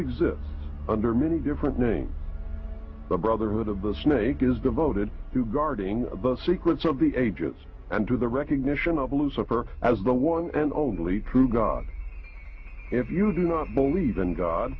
exists under many different names the brotherhood of the snake is devoted to guarding the secrets of the ages and to the recognition of lucifer as the one and only true god if you do not believe in god